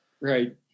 right